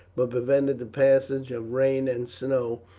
but prevented the passage of rain and snow,